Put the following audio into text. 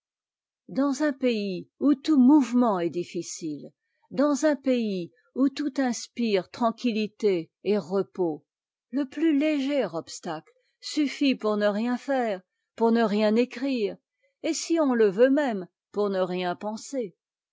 dans un pays où tout mouvement est difficile dans un pays où tout inspire une tranquillité profonde le plus téger obstacle suffit pour ne rien faire pour ne rien écrire et si l'on le veut même pour ne rien penser